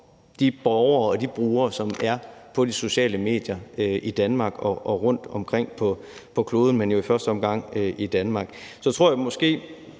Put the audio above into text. de borgere og de brugere, som er på de sociale medier rundtomkring på kloden, men jo i første omgang i Danmark. Nu skal vi ikke